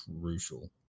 crucial